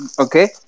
okay